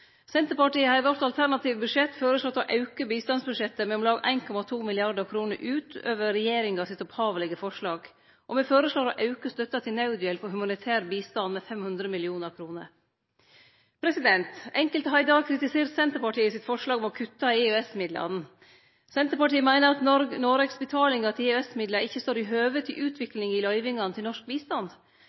Senterpartiet har i sitt alternative budsjett føreslått å auke bistandsbudsjettet med om lag 1,2 mrd. kr utover regjeringa sitt opphavelege forslag, og me føreslår å auke støtta til naudhjelp og humanitær bistand med 500 mill. kr. Enkelte har i dag kritisert Senterpartiet sitt forslag om å kutte i EØS-midlane. Senterpartiet meiner at Noregs betalingar til EØS-midlar ikkje står i høve i utviklinga i løyvingane til norsk bistand.